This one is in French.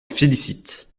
félicite